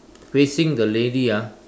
facing the lady ah